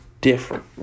different